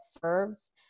serves